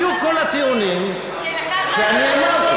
זה בדיוק כל הטיעונים שאני אמרתי,